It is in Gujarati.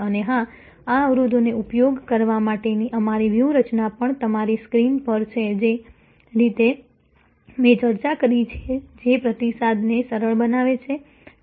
અને હા આ અવરોધોનો ઉપયોગ કરવા માટેની અમારી વ્યૂહરચના પણ તમારી સ્ક્રીન પર છે જે રીતે મેં ચર્ચા કરી છે જે પ્રતિસાદને સરળ બનાવે છે